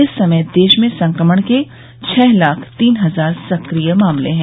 इस समय देश में संक्रमण के छह लाख तीन हजार सक्रिय मामले हैं